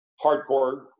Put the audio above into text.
hardcore